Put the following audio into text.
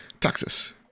Texas